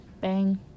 Bang